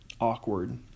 Awkward